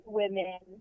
women